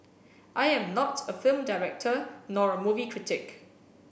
I am not a film director nor a movie critic